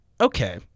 okay